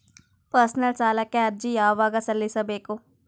Personal ಸಾಲಕ್ಕೆ ಅರ್ಜಿ ಯವಾಗ ಸಲ್ಲಿಸಬೇಕು?